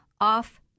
off